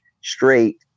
straight